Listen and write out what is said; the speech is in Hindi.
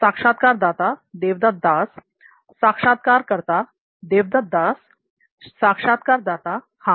साक्षात्कारदाता देवदत्त दास l साक्षात्कारकर्ता देवदत्त दास l साक्षात्कारदाता हां